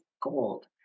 gold